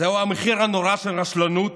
זהו המחיר הנורא של הרשלנות,